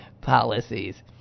policies